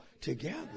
Together